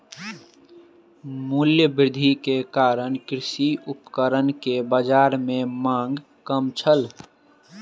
मूल्य वृद्धि के कारण कृषि उपकरण के बाजार में मांग कम छल